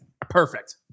Perfect